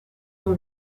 dans